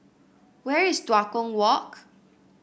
where is Tua Kong Walk